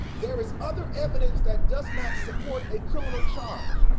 there is other evidence that does not support a criminal charge.